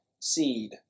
seed